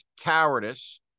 cowardice